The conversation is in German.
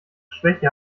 schwäche